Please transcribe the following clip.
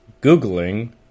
Googling